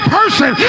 person